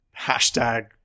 Hashtag